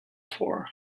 tour